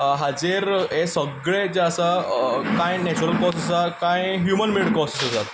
हाचेर हें सगळें जें आसा कांय नेच्युरल कॉज आसा कांय ह्युमन मेड कॉजीज आसात